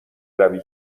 روی